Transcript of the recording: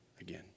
again